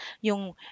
Yung